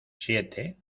siete